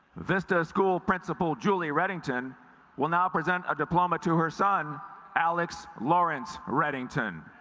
vista school principal julie reddington will now present a diploma to her son alex lawrence reddington